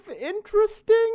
interesting